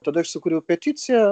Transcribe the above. tada aš sukūriau peticiją